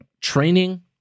training